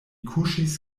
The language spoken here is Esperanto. kuŝis